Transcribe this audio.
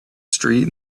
street